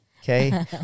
okay